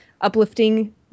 uplifting